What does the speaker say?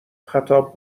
خطاب